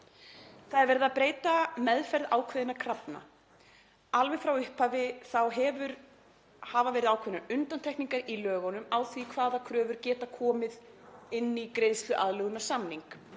Það er verið að breyta meðferð ákveðinna krafna. Alveg frá upphafi hafa verið ákveðnar undantekningar í lögunum frá því hvaða kröfur geta komið inn í greiðsluaðlögunarsamning.